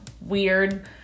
weird